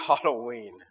Halloween